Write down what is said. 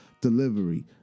delivery